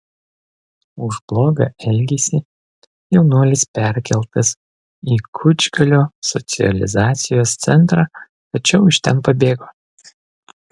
už blogą elgesį jaunuolis perkeltas į kučgalio socializacijos centrą tačiau iš ten pabėgo